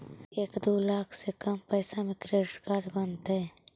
एक दू लाख से कम पैसा में क्रेडिट कार्ड बनतैय?